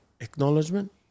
acknowledgement